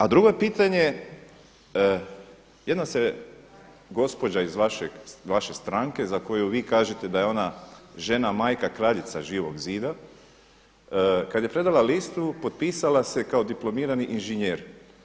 A drugo je pitanje, jedna se gospođa iz vaše stranke za koju vi kažete da je ona žena, majka, kraljica Živog zida kada je predala listu potpisala se kao diplomirani inženjer.